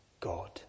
God